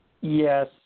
yes